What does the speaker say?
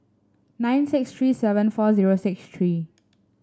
nine six three seven four zero six three